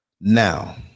Now